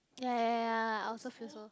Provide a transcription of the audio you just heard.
ya ya ya I also feel so